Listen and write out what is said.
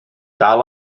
dal